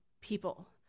people